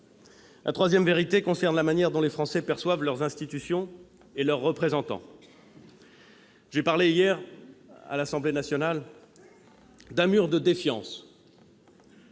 La troisième vérité concerne la manière dont les Français perçoivent leurs institutions et leurs représentants. J'ai parlé hier, à l'Assemblée nationale, d'un mur de défiance